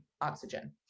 oxygen